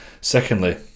Secondly